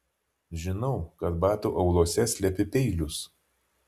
žinau kad batų auluose slepi peilius